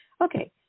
Okay